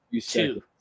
two